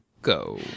go